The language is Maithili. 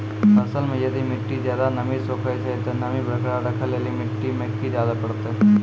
फसल मे यदि मिट्टी ज्यादा नमी सोखे छै ते नमी बरकरार रखे लेली मिट्टी मे की डाले परतै?